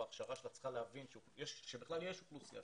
בהכשרתה צריכה להבין שבכלל יש אוכלוסייה